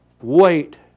wait